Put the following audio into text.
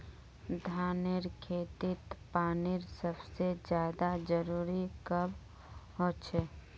धानेर खेतीत पानीर सबसे ज्यादा जरुरी कब होचे?